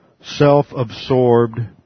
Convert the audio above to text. self-absorbed